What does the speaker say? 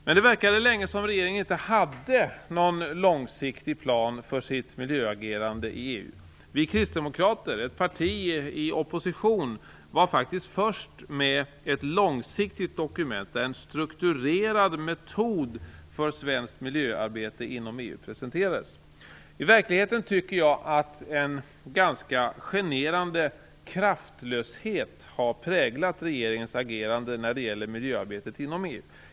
Länge verkade det som att regeringen inte hade någon långsiktig plan för sitt miljöagerande i EU. Vi kristdemokrater, ett parti i opposition, var faktiskt först med ett långsiktigt dokument där en strukturerad metod för ett svenskt miljöarbete inom EU presenterades. Jag tycker i själva verket att en ganska generande kraftlöshet har präglat regeringens agerande när det gäller miljöarbetet inom EU.